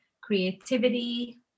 creativity